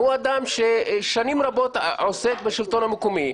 הוא אדם ששנים רבות עוסק בשלטון המקומי,